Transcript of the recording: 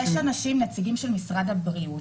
יש אנשים, נציגים של משרד הבריאות.